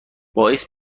باعث